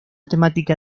temática